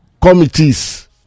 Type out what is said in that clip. committees